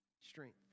strength